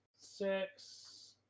six